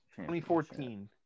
2014